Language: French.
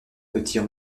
petits